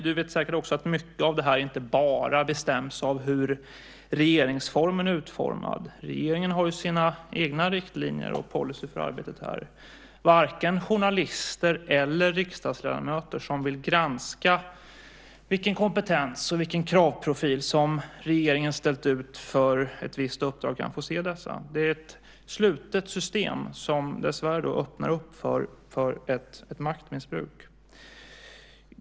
Du vet säkert också att mycket av det här inte bara bestäms av hur regeringsformen är utformad. Regeringen har ju sina egna riktlinjer och sin egen policy för arbetet här. Varken journalister eller riksdagsledamöter som vill granska vilken kompetens och vilken kravprofil som regeringen ställt ut för ett visst uppdrag kan få se dessa. Det är ett slutet system som dessvärre öppnar upp för ett maktmissbruk.